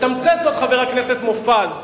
מתמצת זאת חבר הכנסת מופז.